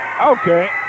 Okay